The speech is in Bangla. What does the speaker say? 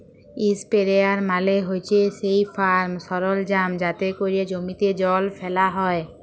ইসপেরেয়ার মালে হছে সেই ফার্ম সরলজাম যাতে ক্যরে জমিতে জল ফ্যালা হ্যয়